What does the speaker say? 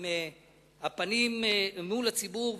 עם הפנים מול הציבור,